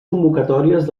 convocatòries